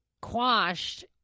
quashed